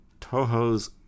Toho's